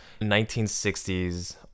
1960s